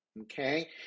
Okay